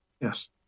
Yes